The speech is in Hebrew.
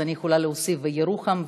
אז אני יכולה להוסיף: ירוחם,